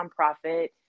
nonprofit